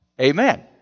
Amen